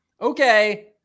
Okay